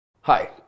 Hi